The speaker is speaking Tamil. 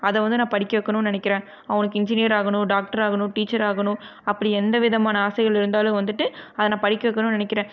அதை வந்து நான் படிக்க வைக்கணுன்னு நினைக்கிறேன் அவனுக்கு இன்ஜினீயர் ஆகணும் டாக்டர் ஆகணும் டீச்சர் ஆகணும் அப்படி எந்த விதமான ஆசைகள் இருந்தாலும் வந்துவிட்டு அதை நான் படிக்க வைக்கணுன்னு நினைக்கிறேன்